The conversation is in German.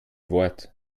wort